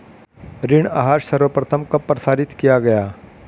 ऋण आहार सर्वप्रथम कब प्रसारित किया गया?